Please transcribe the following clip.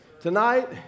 Tonight